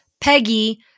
Peggy